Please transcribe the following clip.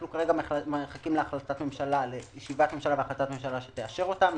אנו כרגע מחכים לישיבת ממשלה והחלטת ממשלה שתאשר אותם.